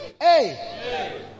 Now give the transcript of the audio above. Hey